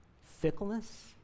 fickleness